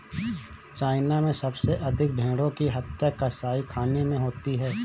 China में सबसे अधिक भेंड़ों की हत्या कसाईखानों में होती है